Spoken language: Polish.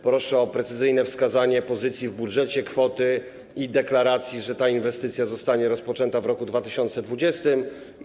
Proszę o precyzyjne wskazanie pozycji w budżecie, kwoty i deklaracji, że ta inwestycja zostanie rozpoczęta w roku 2020.